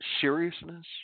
seriousness